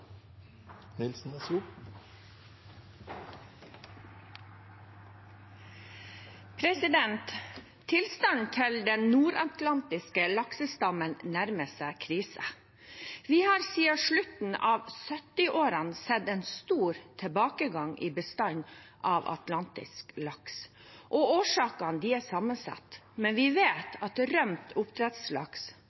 Tilstanden til den nordatlantiske laksestammen nærmer seg krise. Vi har siden slutten av 1970-årene sett en stor tilbakegang i bestanden av atlantisk laks. Årsaken er sammensatt, men vi vet at rømt oppdrettslaks,